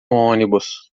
ônibus